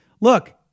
Look